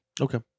Okay